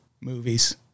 movies